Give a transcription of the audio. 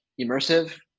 immersive